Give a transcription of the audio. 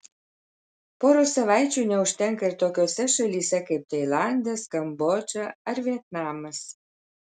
poros savaičių neužtenka ir tokiose šalyse kaip tailandas kambodža ar vietnamas